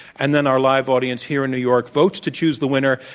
and then our live audience here in new york votes to choose the winner,